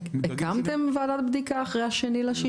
הקמתם ועדת בדיקה אחרי ה-2 ביוני?